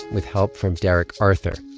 with help from derek arthur.